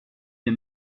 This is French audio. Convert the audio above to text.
des